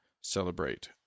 celebrate